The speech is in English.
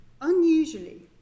unusually